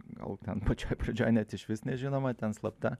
gal ten pačioj pradžioj net išvis nežinoma ten slapta